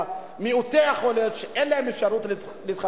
זה לא בהתנדבות.